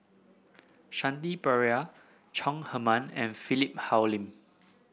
Shanti Pereira Chong Heman and Philip Hoalim